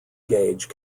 gauge